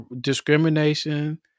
discrimination